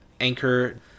Anchor